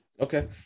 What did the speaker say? okay